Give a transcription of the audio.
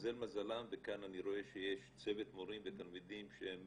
והתמזל מזלם וכאן אני רואה שיש צוות מורים ותלמידים שהם